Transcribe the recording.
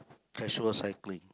casual cycling